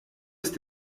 ist